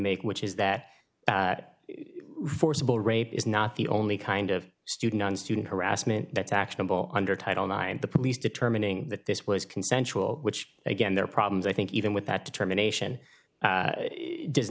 make which is that forcible rape is not the only kind of student on student harassment that's actionable under title nine the police determining that this was consensual which again there are problems i think even with that determination does